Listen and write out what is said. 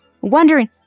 Wondering